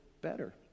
better